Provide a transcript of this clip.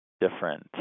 different